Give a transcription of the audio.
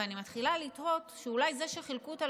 ואני מתחילה לתהות אם אולי זה שחילקו אותה